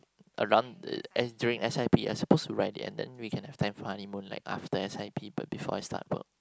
around the s~ during S_I_P I suppose right at the end then we can have time for honeymoon like after S_I_P but before I start work